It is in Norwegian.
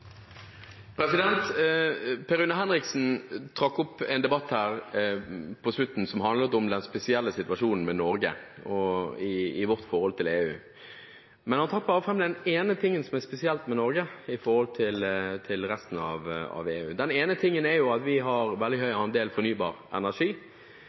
Per Rune Henriksen trakk opp en debatt her på slutten som handlet om den spesielle situasjonen Norge er i i sitt forhold til EU. Men han trakk også fram den ene tingen som er spesielt med Norge i forhold til resten av Europa, nemlig at vi har veldig høy andel fornybar energi. Den